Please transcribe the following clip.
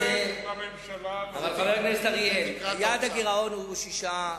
בממשלה אבל, חבר הכנסת אריאל, יעד הגירעון הוא 6%,